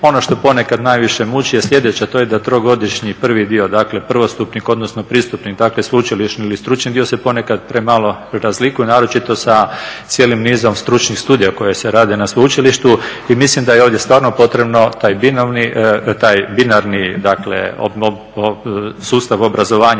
Ono što ponekad najviše muči je slijedeće, a to je da trogodišnji, prvi dio dakle, prvostupnik odnosno pristupnik, dakle sveučilišni ili stručni dio se ponekad premalo razlikuje naročito sa cijelim nizom stručnih studija koje se rade na sveučilištu. I mislim da je ovdje stvarno potrebno taj binarni sustav obrazovanja,